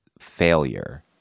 failure